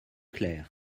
clair